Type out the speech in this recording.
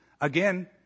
Again